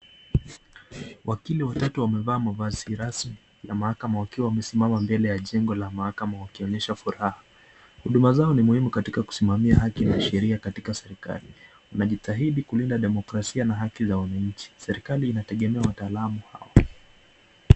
Wakili watatu wamevaa mavazi rasmi ya mahakama wakiwa wamesimama mbele ya jengo la mahakama wakionyesha furaha, huduma zao ni muhimu katika kusimamia haki na sheria katika serikali. Wanajitahidi kulinda demokrasia na haki za wananchi, serikali inategemea wataalamu hawa.